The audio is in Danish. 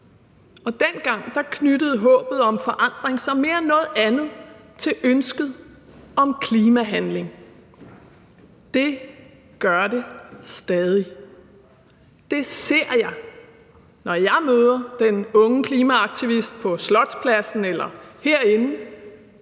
Dengang knyttede håbet om forandring sig mere end noget andet til ønsket om klimahandling, og det gør det stadig. Det ser jeg, når jeg møder den unge klimaaktivist på Slotspladsen eller herinde